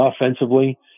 offensively